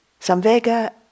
Samvega